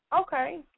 Okay